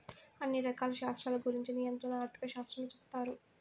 అన్ని రకాల శాస్త్రాల గురుంచి నియంత్రణ ఆర్థిక శాస్త్రంలో సెప్తారు